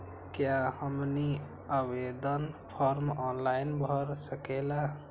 क्या हमनी आवेदन फॉर्म ऑनलाइन भर सकेला?